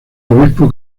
obispo